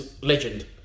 legend